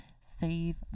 Save